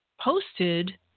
posted